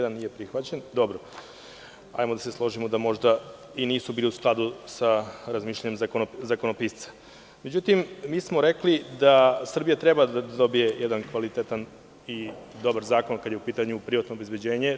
Dobro, možemo da se složimo da možda nisu bili u skladu sa razmišljanjem zakonopisca, međutim, mi smo rekli da Srbija treba da dobije jedan kvalitetan i dobar zakon kada je u pitanju privatno obezbeđenje.